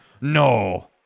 No